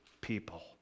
people